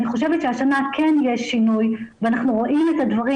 אני חושבת שהשנה כן יש שינוי ואנחנו רואים את הדברים.